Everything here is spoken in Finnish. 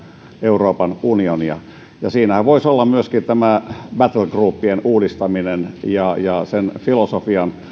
euroopan unionia siinähän voisi olla myöskin tämä battlegroupien uudistaminen ja ja sen filosofian